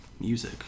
music